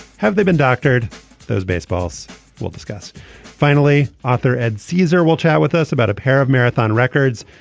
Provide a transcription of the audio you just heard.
have they been doctored those baseballs we'll discuss finally author ed caesar will chat with us about a pair of marathon records.